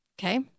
okay